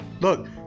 look